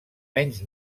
menys